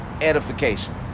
edification